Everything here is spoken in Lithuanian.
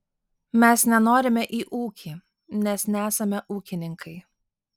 mes nenorime į ūkį mes nesame ūkininkai